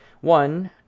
one